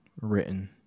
written